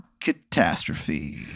Catastrophe